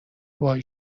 وای